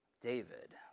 David